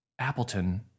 Appleton